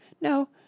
No